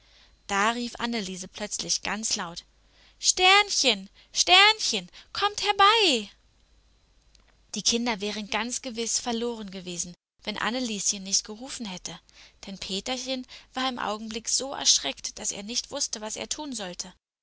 da rief anneliese plötzlich ganz laut sternchen sternchen kommt herbei die kinder wären ganz gewiß verloren gewesen wenn annelieschen nicht gerufen hätte denn peterchen war im augenblick so erschreckt daß er nicht wußte was er tun sollte